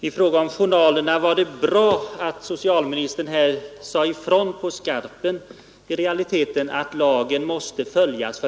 I fråga om journalerna var det bra att socialministern sade ifrån på skarpen att lagen måste följas.